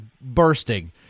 bursting